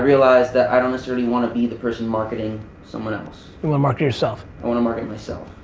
realized that i don't necessarily wanna be the person marketing someone else. you wanna market yourself? i wanna market myself.